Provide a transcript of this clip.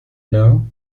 know